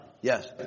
Yes